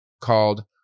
called